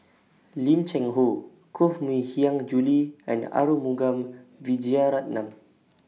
Lim Cheng Hoe Koh Mui Hiang Julie and Arumugam Vijiaratnam